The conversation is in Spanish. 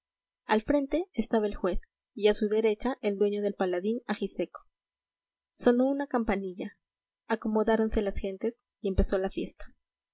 al frente estaba el juez y a su derecha el dueño del paladín ajiseco sonó una campanilla acomodáronse las gentes y empezó la fiesta